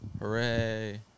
Hooray